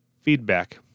Feedback